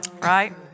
Right